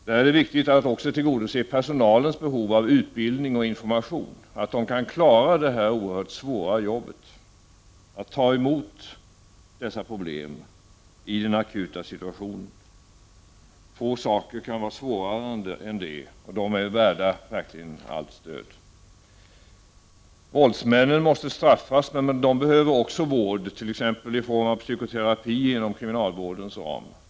Här är det också viktigt att tillgodose personalens behov av utbildning och information så att de kan klara detta svåra arbete att ta emot dessa problem i den akuta situationen. Få situationer är svårare än dessa och personalen är värd allt stöd. Våldsmännen måste straffas, men de behöver vård t.ex. i form av psykoterapi inom kriminalvårdens ram.